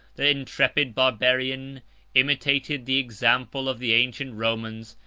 the intrepid barbarian imitated the example of the ancient romans,